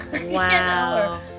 wow